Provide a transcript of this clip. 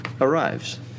arrives